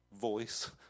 voice